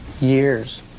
years